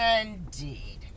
indeed